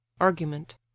Argument